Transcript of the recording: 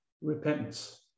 repentance